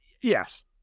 yes